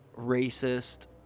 racist